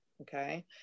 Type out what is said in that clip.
Okay